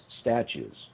statues